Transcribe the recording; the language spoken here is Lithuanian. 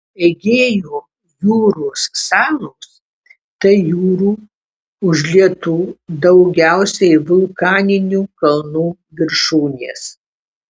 egėjo jūros salos tai jūrų užlietų daugiausiai vulkaninių kalnų viršūnės